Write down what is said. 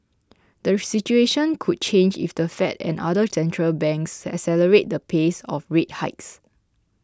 the situation could change if the Fed and other central banks accelerate the pace of rate hikes